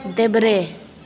देब्रे